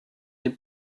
des